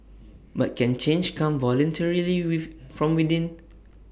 but can change come voluntarily with from within